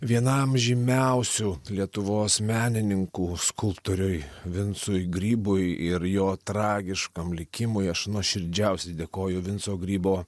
vienam žymiausių lietuvos menininkų skulptoriui vincui grybui ir jo tragiškam likimui aš nuoširdžiausiai dėkoju vinco grybo